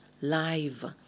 Live